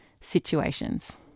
situations